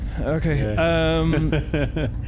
okay